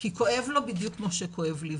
כי כואב לו בדיוק כמו שכואב לי,